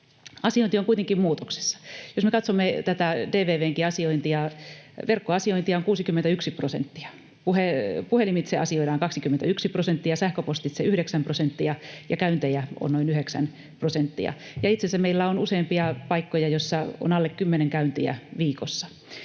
Asiointi on kuitenkin muutoksessa. Jos me katsomme tätä DVV:nkin asiointia: verkkoasiointia on 61 prosenttia, puhelimitse asioidaan 21 prosenttia ja sähköpostitse 9 prosenttia, ja käyntejä on noin 9 prosenttia. Itse asiassa meillä on useampia paikkoja, joissa on alle kymmenen käyntiä viikossa,